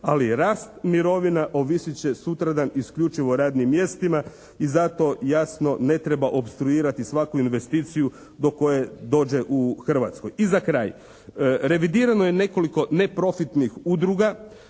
ali rast mirovina ovisit će sutradan isključivo radnim mjestima i zato jasno ne treba opstruirati svaku investiciju do koje dođe u Hrvatskoj. I za kraj. Revidirano je nekoliko neprofitnih udruga.